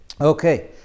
Okay